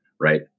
Right